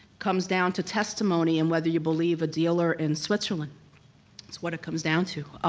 comes down to testimony and whether you believe a dealer in switzerland. that's what it comes down to,